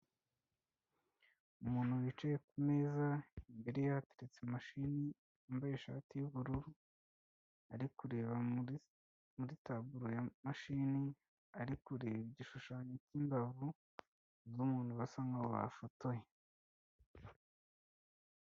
Umuntu wicaye ku meza, imbere ye hateretse imashini, wambaye ishati y'ubururu ari kureba muri taburo ya mashini, ari kureba igishushanyo cy'imbavu z'umuntu basa nk'aho bafotoye.